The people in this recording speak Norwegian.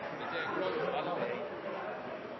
Dette er